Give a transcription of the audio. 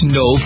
no